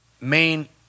main